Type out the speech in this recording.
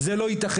זה לא ייתכן,